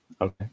Okay